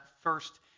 first